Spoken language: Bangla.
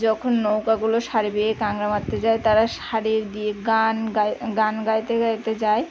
যখন নৌকাগুলো সারি বেয়ে কাঁকড়া মারতে যায় তারা সারি দিয়ে গান গায় গান গাইতে গাইতে যায়